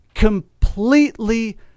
completely